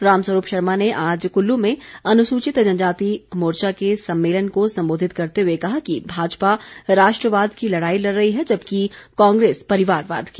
राम स्वरूप शर्मा ने आज कुल्लू में अनुसूचित जनजाति मोर्चा के सम्मेलन को संबोधित करते हुए कहा कि भाजपा राष्ट्रवाद की लड़ाई लड़ रही है जबकि कांग्रेस परिवारवाद की